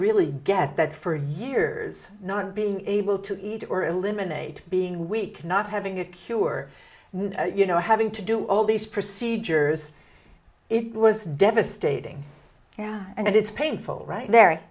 really get that for years not being able to eat or eliminate being weak not having a cure you know having to do all these procedures it was devastating and it's painful right